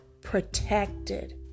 protected